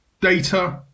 Data